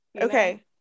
okay